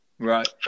Right